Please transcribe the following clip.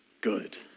good